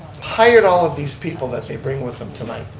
hired all of these people that they bring with them tonight,